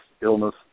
illness